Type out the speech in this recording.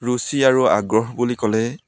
ৰুচি আৰু আগ্ৰহ বুলি ক'লে